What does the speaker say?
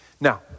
Now